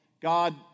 God